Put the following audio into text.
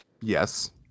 Yes